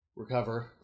recover